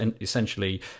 essentially